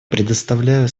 предоставляю